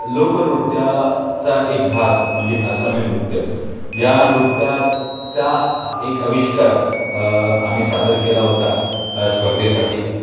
लोकनृत्याचा एक भाग म्हणजे आसामी नृत्य या नृत्याचा एक आविष्कार आम्ही सादर केला होता स्पर्धेसाठी